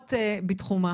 גיבורות בתחומה